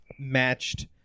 matched